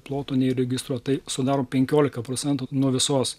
plotų neįregistruotų tai sudaro penkiolika procentų nuo visos